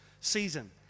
season